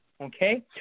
Okay